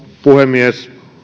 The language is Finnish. puhemies